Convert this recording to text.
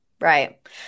Right